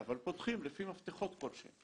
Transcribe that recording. אבל פותחים לפי מפתחות כלשהם.